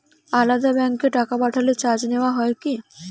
আলাদা ব্যাংকে টাকা পাঠালে চার্জ নেওয়া হয় কি?